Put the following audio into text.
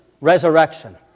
resurrection